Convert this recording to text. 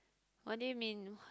what do you mean